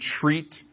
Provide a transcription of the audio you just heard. treat